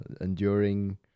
enduring